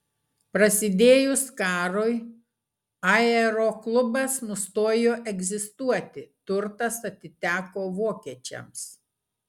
prasidėjus karui aeroklubas nustojo egzistuoti turtas atiteko vokiečiams